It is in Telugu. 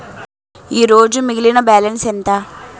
ఈరోజు మిగిలిన బ్యాలెన్స్ ఎంత?